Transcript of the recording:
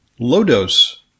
low-dose